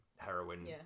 heroin